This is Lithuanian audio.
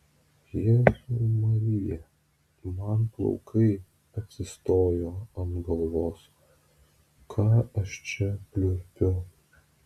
jėzau marija man plaukai atsistojo ant galvos ką aš čia pliurpiu